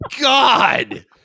god